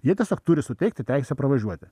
ji tiesiog turi suteikti teisę pravažiuoti